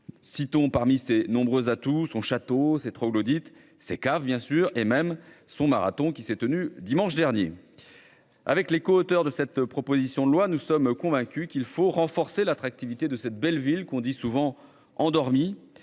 Citons parmi ses nombreux atouts, son château ses troglodyte ces caves, bien sûr et même son marathon qui s'est tenu dimanche dernier. Avec les coauteurs de cette proposition de loi. Nous sommes convaincus qu'il faut renforcer l'attractivité de cette belle ville qu'on dit souvent endormi et